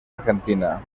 argentina